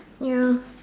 ya